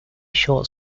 short